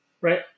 right